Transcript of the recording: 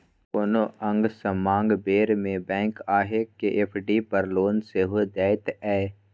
कोनो आंग समांग बेर मे बैंक अहाँ केँ एफ.डी पर लोन सेहो दैत यै